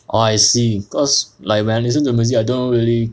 ah I see cause like when I listen to music I don't really